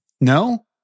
No